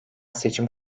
seçim